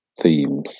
themes